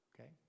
Okay